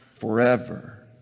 forever